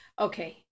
Okay